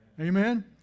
Amen